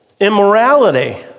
immorality